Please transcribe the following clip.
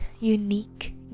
unique